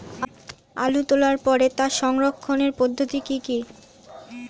আলু তোলার পরে তার সংরক্ষণের পদ্ধতি কি কি?